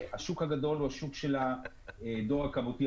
השוק הגדול הוא השוק של הדואר הכמותי,